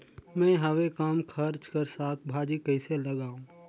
मैं हवे कम खर्च कर साग भाजी कइसे लगाव?